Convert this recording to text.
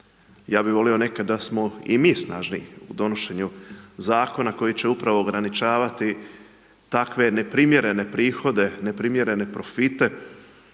Ja bi volio nekada da smo i mi snažniji u donošenju zakona, koji će upravo ograničavati takve neprimjerene prihode, neprimjerene profite,